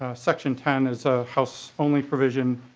ah section ten there's a house only provision.